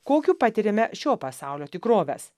kokiu patiriame šio pasaulio tikroves